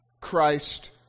Christ